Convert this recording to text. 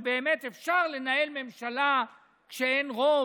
באמת אפשר לנהל ממשלה כשאין רוב,